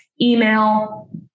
email